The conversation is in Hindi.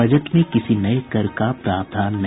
बजट में किसी नये कर का प्रावधान नहीं